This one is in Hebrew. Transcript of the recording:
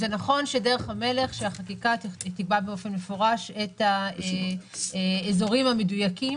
זה נכון שדרך המלך היא שהחקיקה תקבע באופן מפורש את האיזורים המדויקים.